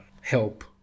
help